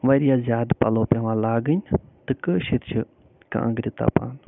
وارِیاہ زیادٕ پَلَو پٮ۪وان لاگٕنۍ تہٕ کٲشِرۍ چھِ کانٛگرِ تَپان